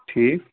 ٹھیٖک